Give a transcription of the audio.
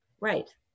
Right